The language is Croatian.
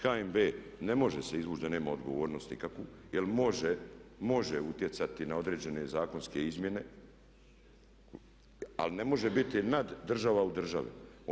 HNB ne može se izvuć da nema odgovornost nikakvu, jer može utjecati na određene zakonske izmjene, ali ne može biti nad država u državi.